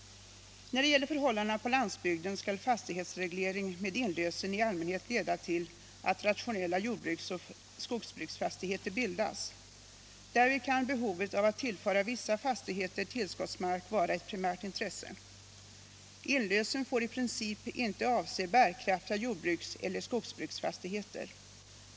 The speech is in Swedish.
När det gäller förhållandena på landsbygden skall fastighetsreglering med inlösen i allmänhet leda till att rationella jordbrukseller skogsbruksfastigheter bildas. Därvid kan behovet av att tillföra vissa fastigheter tillskottsmark vara ett primärt intresse. Inlösen får i princip inte avse bärkraftiga jordbrukseller skogsbruksfastigheter.